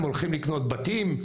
הם הולכים לקנות בתים?